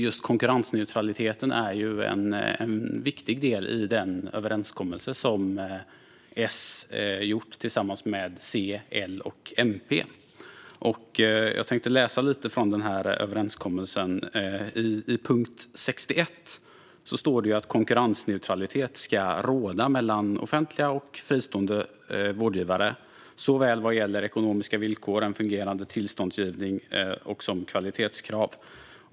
Just konkurrensneutraliteten är en viktig del i den överenskommelse som S gjort med C, L och MP. I punkt 61 i överenskommelsen står det att konkurrensneutralitet ska råda mellan offentliga och fristående vårdgivare såväl vad gäller ekonomiska villkor och en fungerande tillståndsgivning som kvalitetskrav.